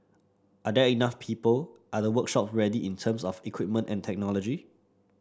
are there enough people are the workshops ready in terms of the equipment and technology